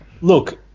Look